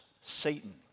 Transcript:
Satan